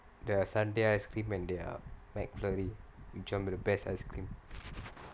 the sundae ice cream and their McFlurry which [one] the best ice cream